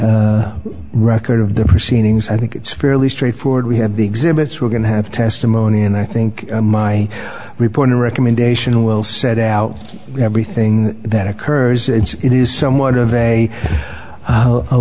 any record of the proceedings i think it's fairly straightforward we have the exhibits we're going to have testimony and i think my reporting recommendation will set out everything that occurs and it is somewhat of a